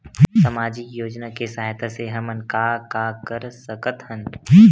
सामजिक योजना के सहायता से हमन का का कर सकत हन?